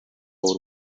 w’u